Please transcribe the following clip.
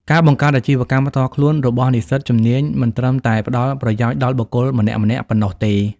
ការបង្កើតអាជីវកម្មផ្ទាល់ខ្លួនរបស់និស្សិតជំនាញមិនត្រឹមតែផ្តល់ប្រយោជន៍ដល់បុគ្គលម្នាក់ៗប៉ុណ្ណោះទេ។